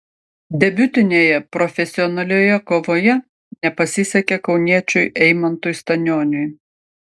debiutinėje profesionalioje kovoje nepasisekė kauniečiui eimantui stanioniui